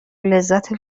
لذت